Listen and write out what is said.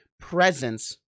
presence